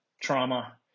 trauma